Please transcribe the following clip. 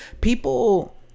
people